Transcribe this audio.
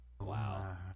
Wow